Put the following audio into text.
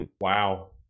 Wow